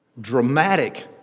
dramatic